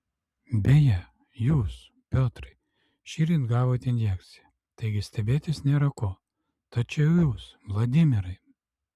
beje jūs piotrai šįryt gavote injekciją taigi stebėtis nėra ko tačiau jūs vladimirai